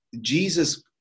Jesus